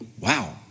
wow